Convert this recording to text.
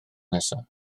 nesaf